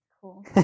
Cool